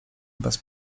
bez